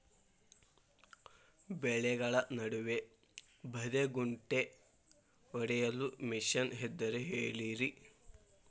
ಬೆಳೆಗಳ ನಡುವೆ ಬದೆಕುಂಟೆ ಹೊಡೆಯಲು ಮಿಷನ್ ಇದ್ದರೆ ಹೇಳಿರಿ